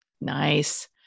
Nice